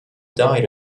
died